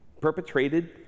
perpetrated